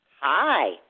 Hi